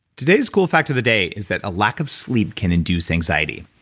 today's cool fact of the day is that a lack of sleep can induce anxiety.